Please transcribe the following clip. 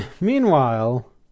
meanwhile